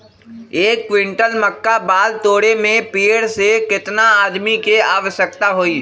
एक क्विंटल मक्का बाल तोरे में पेड़ से केतना आदमी के आवश्कता होई?